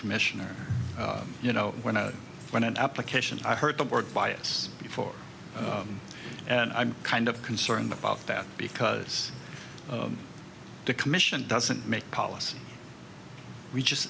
commissioner you know when i when an application i heard the word bias before and i'm kind of concerned about that because the commission doesn't make policy we just